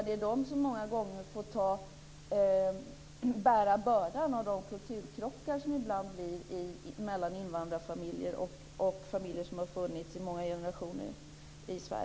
Det är de som många gånger får bära bördan av de kulturkrockar som ibland uppstår mellan invandrarfamiljer och familjer som har funnits i Sverige i många generationer.